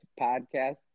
podcast